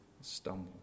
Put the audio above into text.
stumble